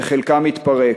וחלקם מתפרק.